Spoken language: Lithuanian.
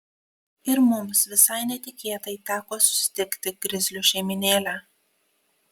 ir mums visai netikėtai teko susitikti grizlių šeimynėlę